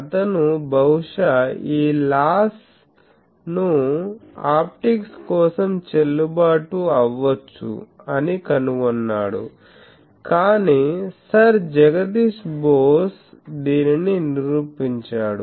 అతను బహుశా ఈ లా ను ఆప్టిక్స్ కోసం చెల్లుబాటు అవ్వచ్చు అని కనుగొన్నాడు కాని సర్ జగదీష్ బోస్ దీనిని నిరూపించాడు